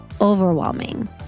overwhelming